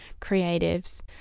creatives